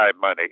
money